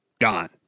gone